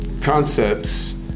concepts